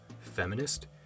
feminist